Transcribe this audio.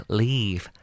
leave